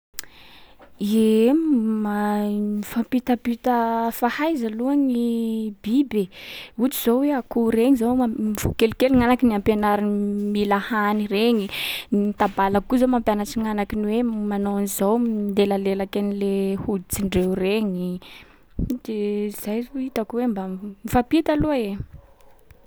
Ie, mahay mifampitampita fahaiza aloha gny biby e. Ohatsy zao hoe akoho reny zao am- vao kelikely gn'agnakiny ampianariny m- mila hany regny. Ny tabalaky koa zao mampianatsy gn'agnakiny hoe manao an’izao milelalelaky an’le hoditsindreo regny de zay zao hitako mba m- mifampita aloha e.